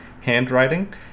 handwriting